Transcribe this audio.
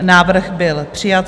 Návrh byl přijat.